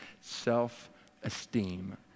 Self-esteem